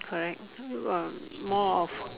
correct still got um more of